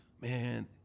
man